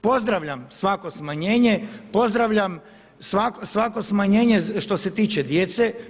Pozdravljam svako smanjenje, pozdravljam svako smanjenje što se tiče djece.